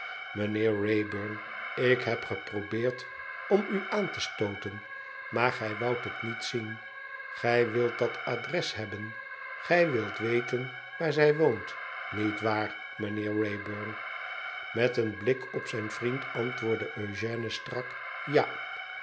meheer wrayburn ik heb geprobeerd om u aan te stooten maar gij woudt het niet zien gij wilt dat adres hebben gij wilt weten waar zij woont nietwaar meheer wrayburn met een blik op zijn vriend antwoordde eugène strak ja